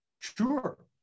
Sure